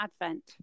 advent